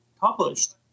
published